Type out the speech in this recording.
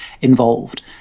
involved